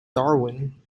darwin